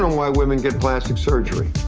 um why women get plastic surgery.